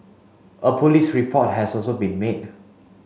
a police report has also been made